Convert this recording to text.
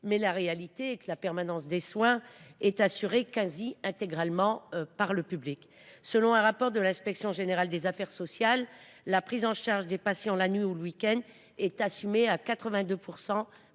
est de reconnaître que la permanence des soins est assurée quasi intégralement par le public. Selon un rapport de l’inspection générale des affaires sociales, la prise en charge des patients la nuit ou le week end est assumée à 82